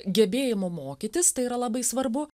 gebėjimu mokytis tai yra labai svarbu